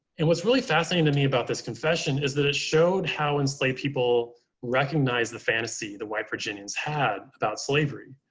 and what's really fascinating to me about this confession is that it showed how enslaved people recognize the fantasy the white virginians had about slavery.